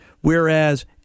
Whereas